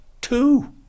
two